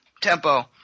tempo